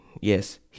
Yes